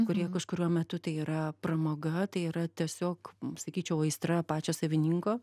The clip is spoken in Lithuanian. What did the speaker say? kurie kažkuriuo metu tai yra pramoga tai yra tiesiog sakyčiau aistra pačio savininko